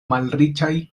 malriĉaj